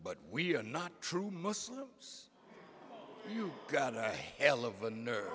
but we are not true muslims you got a hell of a nurse